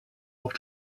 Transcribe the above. auf